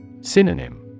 Synonym